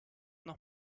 noch